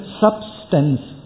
substance